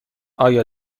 آیا